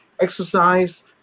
exercise